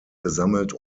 gesammelt